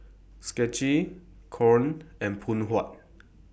Schick Knorr and Phoon Huat